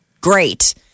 great